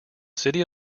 city